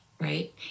right